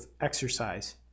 exercise